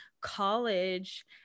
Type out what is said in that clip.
college